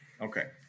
Okay